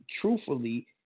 Truthfully